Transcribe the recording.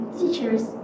teachers